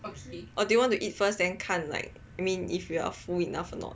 or do you want to eat first then 看 like I mean if you are full enough or not